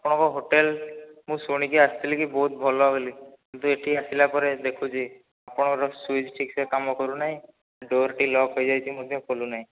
ଆପଣଙ୍କ ହୋଟେଲ ମୁଁ ଶୁଣିକି ଆସିଥିଲି କି ବହୁତ ଭଲ ବୋଲି କିନ୍ତୁ ଏହିଠି ଆସିଲା ପରେ ଦେଖୁଛି ଆପଣଙ୍କର ସୁଇଚ୍ ଠିକ୍ ସେ କାମ କରୁନାହିଁ ଡୋର୍ ଟି ଲକ୍ ହୋଇଯାଇଛି ମଧ୍ୟ ଖୋଲୁନାହିଁ